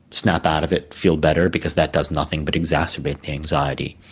snap out of it, feel better because that does nothing but exacerbate the anxiety.